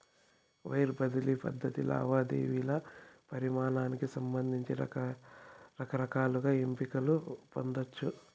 wire బదిలీ పద్ధతి లావాదేవీల పరిమానానికి సంబంధించి రకరకాల ఎంపికలు పొందచ్చు